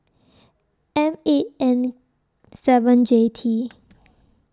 M eight N seven J T